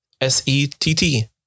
s-e-t-t